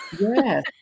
Yes